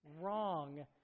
wrong